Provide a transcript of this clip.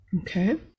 okay